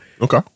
okay